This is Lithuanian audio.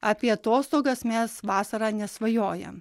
apie atostogas mes vasarą nesvajojam